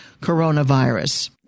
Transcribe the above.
coronavirus